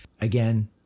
Again